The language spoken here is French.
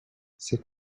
ses